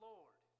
Lord